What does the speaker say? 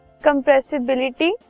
compressibility